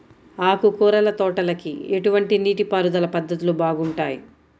ఆకుకూరల తోటలకి ఎటువంటి నీటిపారుదల పద్ధతులు బాగుంటాయ్?